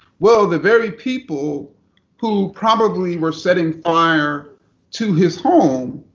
well, the very people who probably were setting fire to his home,